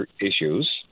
issues